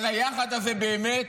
אבל היחד הזה, באמת,